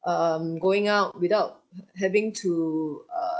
um going out without having to err